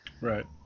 right